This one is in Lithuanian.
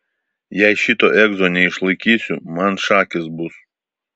jei šito egzo neišlaikysiu man šakės bus